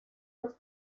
los